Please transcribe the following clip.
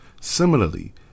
Similarly